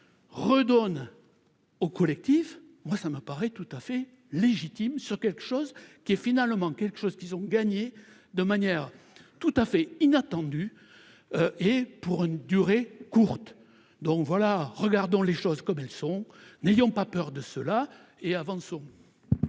redonne au collectif, moi ça m'apparaît tout à fait légitime sur quelque chose qui est finalement quelque chose qu'ils ont gagné de manière tout à fait inattendu et pour une durée courte, donc voilà, regardons les choses comme elles sont, n'ayons pas peur de cela et avant son.